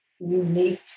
unique